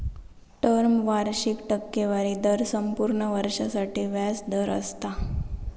term वार्षिक टक्केवारी दर संपूर्ण वर्षासाठी व्याज दर असता